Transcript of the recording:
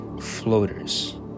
Floaters